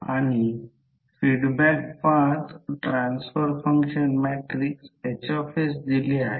तर येथेही तसेच येथे देखील 1 सेंटीमीटर आहे